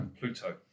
Pluto